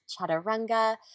chaturanga